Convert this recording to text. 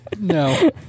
no